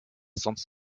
sonst